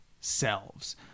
selves